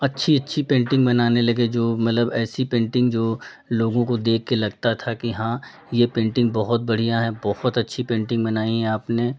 अच्छी अच्छी पेन्टिंग बनाने लगे जो मतलब ऐसी पेन्टिंग जो लोगों को देख के लगता था कि हाँ ये पेन्टिंग बहुत बढ़िया हैं बहुत अच्छी पेन्टिंग बनाई है आपने